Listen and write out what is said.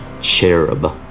cherub